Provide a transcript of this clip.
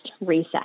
reset